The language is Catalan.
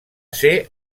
ser